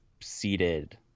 seated